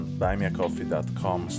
buymeacoffee.com